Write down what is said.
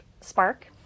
Spark